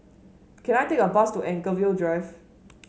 can I take a bus to Anchorvale Drive